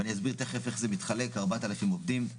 ואני אסביר מיד איך זה מתחלק 4,000 עובדים.